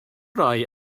rhai